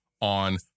on